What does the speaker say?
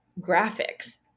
graphics